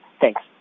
Thanks